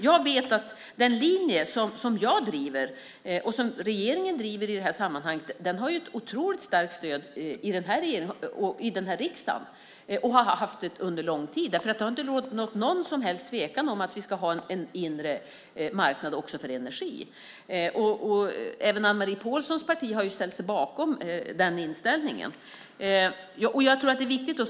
Jag vet att den linje som jag driver och som regeringen driver i det här sammanhanget har otroligt starkt stöd i den här regeringen och i den här riksdagen och har haft det under lång tid. Det har inte rått någon som helst tvekan om att vi ska ha en inre marknad också för energi. Även Anne-Marie Pålssons parti har ju ställt sig bakom den inställningen.